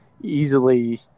easily